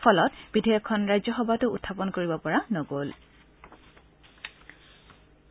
ফলত বিধেয়কখন ৰাজ্যসভাতো উখাপন কৰিব পৰা নগ'ল